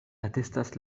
atestas